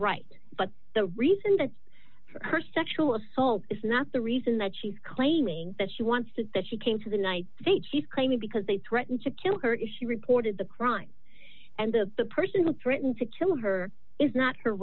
right but the reason that her sexual assault is not the reason that she's claiming that she wants to that she came to the night the chief claiming because they threatened to kill her if she reported the crime and the person would threaten to kill her is not her